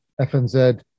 FNZ